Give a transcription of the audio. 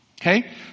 Okay